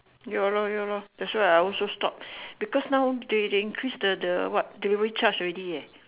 ya lor ya lor that's why I also stop because now they they increase the the what delivery charge already eh